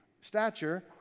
Stature